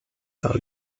par